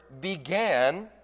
began